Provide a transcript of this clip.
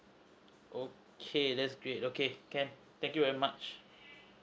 okay that's great okay can thank you very much